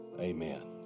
amen